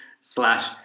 slash